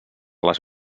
les